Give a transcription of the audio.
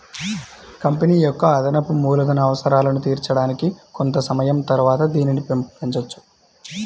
company యొక్క అదనపు మూలధన అవసరాలను తీర్చడానికి కొంత సమయం తరువాత దీనిని పెంచొచ్చు